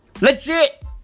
Legit